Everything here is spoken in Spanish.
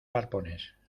arpones